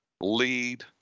lead